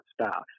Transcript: staff